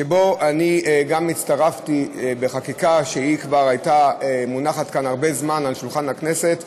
שבו אני הצטרפתי בחקיקה שכבר הייתה מונחת כאן הרבה זמן על שולחן הכנסת,